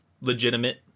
legitimate